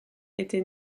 était